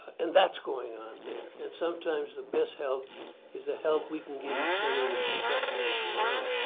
and that's going on there. and sometimes the best help is the help we can give each other with professionals around.